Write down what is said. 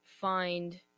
find